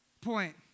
point